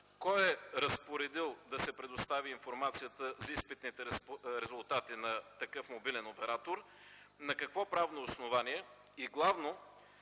кой е разпоредил да се предостави информацията за изпитните резултати на такъв мобилен оператор, на какво правно основание? И главно,